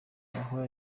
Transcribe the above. aho